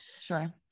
Sure